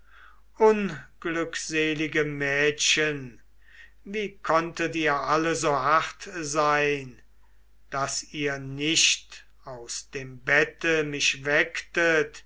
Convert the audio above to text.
unglückselige mädchen wie konntet ihr alle so hart sein daß ihr nicht aus dem bette mich wecktet